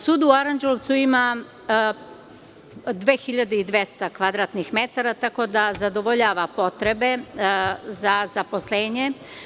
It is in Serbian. Sud u Aranđelovcu ima 2.200 kvadratnih metara, tako da zadovoljava potrebe za zaposlenjem.